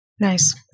Nice